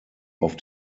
auf